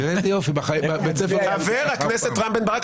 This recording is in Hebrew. תראה איזה יופי --- חבר הכנסת רם בן ברק,